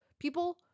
people